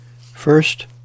First